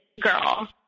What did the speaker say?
girl